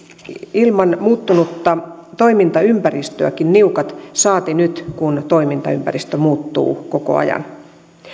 ilman muuttunutta toimintaympäristöäkin niukat saati nyt kun toimintaympäristö muuttuu koko ajan